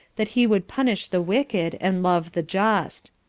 that he would punish the wicked, and love the just.